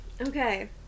Okay